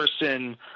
person